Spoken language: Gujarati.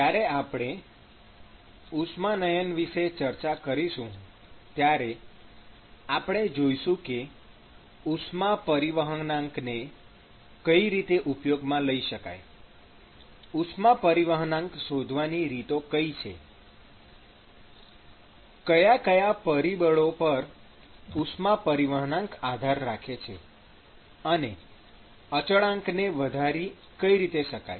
જયારે આપણે ઉષ્માનયન વિષે ચર્ચા કરીશું ત્યારે આપણે જોઈશું કે ઉષ્મા પરિવહનાંકને કઈ રીતે ઉપયોગમાં લઈ શકાય ઉષ્મા પરિવાહનાંક શોધવાની રીતો કઈ છે કયા કયા પરિબળો પર ઉષ્મા પરિવહનાંક આધાર રાખે છે અને અચાળાંકને વધારી કઈ રીતે શકાય છે